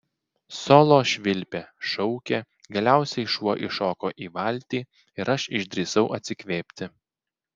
solo švilpė šaukė galiausiai šuo įšoko į valtį ir aš išdrįsau atsikvėpti